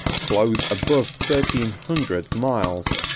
flows above thirteen hundred miles,